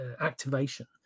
activation